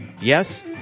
Yes